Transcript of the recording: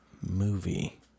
movie